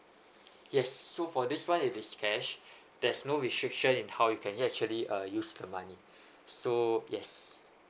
yes so for this one It is cash there's no restriction in how you can actually uh use the money so yes